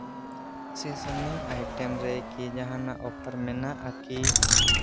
seasoning item ᱨᱮᱠᱤ ᱡᱟᱦᱟᱱᱟᱜ offer ᱢᱮᱱᱟᱜᱼᱟ ᱠᱤ